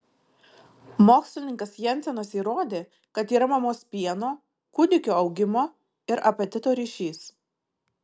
mokslininkas jensenas įrodė kad yra mamos pieno kūdikio augimo ir apetito ryšys